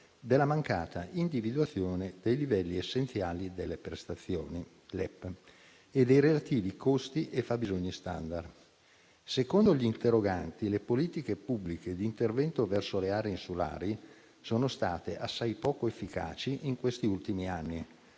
della mancata individuazione dei livelli essenziali delle prestazioni (LEP) e dei relativi costi e fabbisogni *standard*. Secondo gli interroganti, le politiche pubbliche di intervento verso le aree insulari sono state assai poco efficaci in questi ultimi anni,